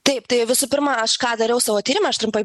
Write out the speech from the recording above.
taip tai visų pirma aš ką dariau savo tyrime aš trumpai